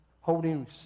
holding